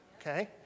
okay